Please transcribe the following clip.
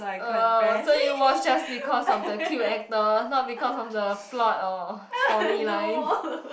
uh so you watch just because of the cute actor not because of the plot or story line